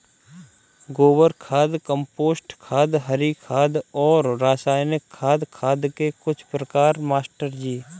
गोबर खाद कंपोस्ट खाद हरी खाद और रासायनिक खाद खाद के कुछ प्रकार है मास्टर जी